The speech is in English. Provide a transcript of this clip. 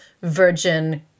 virgin